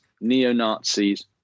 neo-Nazis